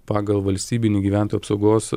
pagal valstybinių gyventų apsaugos